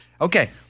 Okay